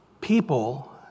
people